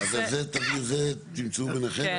אבל זה תמצאו ביניכם?